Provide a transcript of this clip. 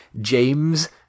James